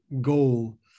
goal